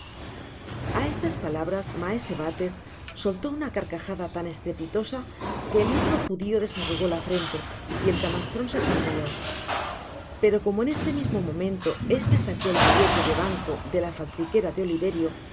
a estas palabras maese bates soltó una carcajada tan estrepitosa que el mismo judio desarrugó la frente y el camastron se sonrió pero como en este mismo momento este sacó el billete de banco de la faltriquera de oliverio